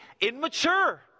immature